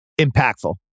impactful